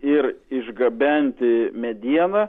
ir išgabenti medieną